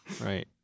Right